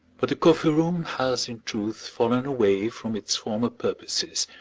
but the coffee-room has in truth fallen away from its former purposes,